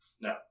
No